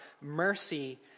mercy